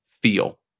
feel